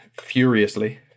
furiously